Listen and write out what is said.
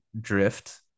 drift